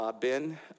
Ben